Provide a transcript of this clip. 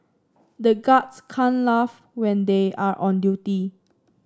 the guards can't laugh when they are on duty